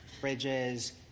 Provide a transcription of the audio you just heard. bridges